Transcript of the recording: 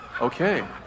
Okay